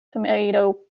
tomato